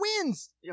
wins